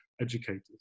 educators